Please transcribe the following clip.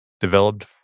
developed